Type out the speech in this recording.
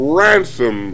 ransom